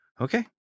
Okay